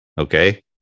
Okay